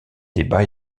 débats